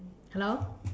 hello